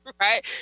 right